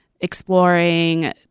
exploring